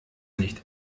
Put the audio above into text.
nicht